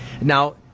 Now